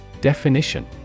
Definition